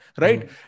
Right